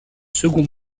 second